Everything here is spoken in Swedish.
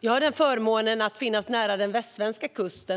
Jag har förmånen att leva nära den västsvenska kusten.